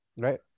right